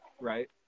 right